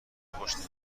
پشت